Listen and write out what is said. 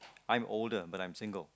I'm older but I'm single